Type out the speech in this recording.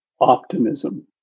optimism